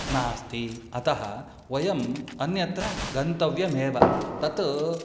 नास्ति अतः वयम् अन्यत्र गन्तव्यमेव तत्